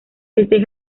este